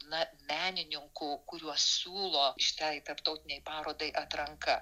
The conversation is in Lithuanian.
na menininkų kuriuos siūlo šitai tarptautinei parodai atranka